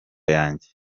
yanjye